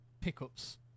pickups